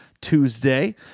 Tuesday